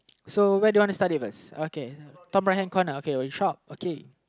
so where do you wanna start it first okay top right hand corner okay the shop okay